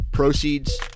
Proceeds